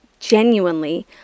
Genuinely